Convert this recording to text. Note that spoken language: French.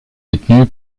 détenue